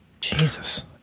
Jesus